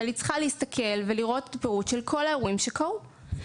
היא צריכה להסתכל ולראות פירוט של כל האירועים שקרו.